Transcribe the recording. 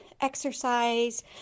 exercise